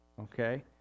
okay